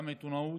גם בעיתונות,